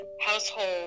household